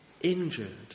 injured